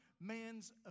man's